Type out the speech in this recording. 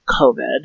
COVID